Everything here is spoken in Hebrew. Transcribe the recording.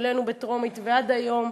כשהעלינו בטרומית ועד היום,